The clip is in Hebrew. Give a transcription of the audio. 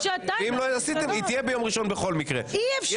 ואם לא עשיתם הקואליציה בכל מקרה תהיה ביום ראשון,